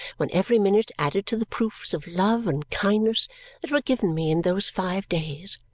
when every minute added to the proofs of love and kindness that were given me in those five days,